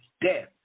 death